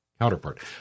counterpart